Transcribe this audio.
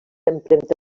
empremta